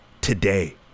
today